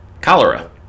Cholera